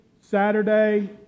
Saturday